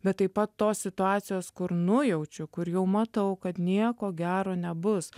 bet taip pat tos situacijos kur nujaučiu kur jau matau kad nieko gero nebus